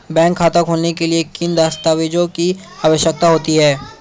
Bank खाता खोलने के लिए किन दस्तावेज़ों की आवश्यकता होती है?